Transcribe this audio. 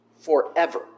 forever